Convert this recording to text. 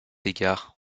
égard